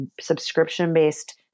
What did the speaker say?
subscription-based